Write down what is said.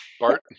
Bart